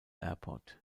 airport